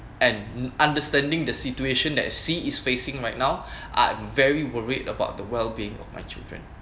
and understanding the situation that I see is facing right now I'm very worried about the wellbeing of my children